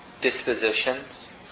dispositions